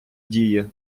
діє